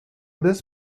this